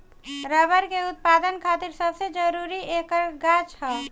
rubber के उत्पदान खातिर सबसे जरूरी ऐकर गाछ ह